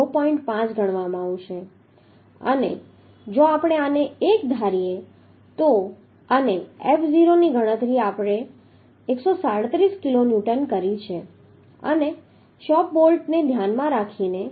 5 ગણવામાં આવે છે અને જો આપણે આને 1 ધારીએ તો અને F0 ની ગણતરી આપણે 137 કિલોન્યુટન કરી છે અને શોપ બોલ્ટને ધ્યાનમાં રાખીને ગામા f 1